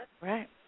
Right